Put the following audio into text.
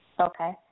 Okay